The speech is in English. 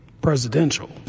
presidential